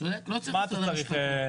לא צריך.